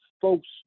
folks